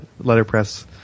letterpress